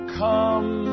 come